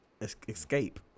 Escape